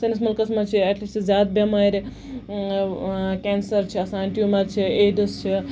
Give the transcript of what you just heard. سانِس مُلکَس منٛز چھِ ایٹ لیٖسٹ زیادٕ بیمارِ کینسر چھُ آسان ٹوٗمَر چھُ ایڈٕس چھ